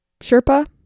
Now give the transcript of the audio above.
sherpa